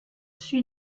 sur